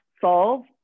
solve